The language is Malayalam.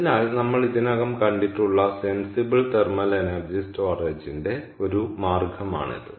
അതിനാൽ നമ്മൾ ഇതിനകം കണ്ടിട്ടുള്ള സെന്സിബിൾ തെർമൽ എനർജി സ്റ്റോറേജിന്റെ ഒരു മാർഗമാണിത്